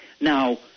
Now